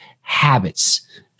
habits